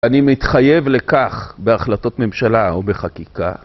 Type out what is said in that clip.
אני מתחייב לכך בהחלטות ממשלה ובחקיקה.